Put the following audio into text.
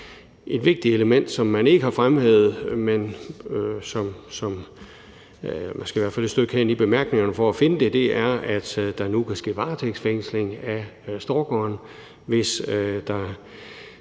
Et vigtigt element, som man ikke har fremhævet – man skal i hvert fald et stykke hen i bemærkningerne for at finde det – er, at der nu kan ske varetægtsfængsling af stalkeren, hvis